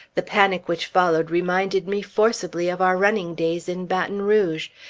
the panic which followed reminded me forcibly of our running days in baton rouge.